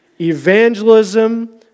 evangelism